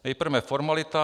Nejprve formalita.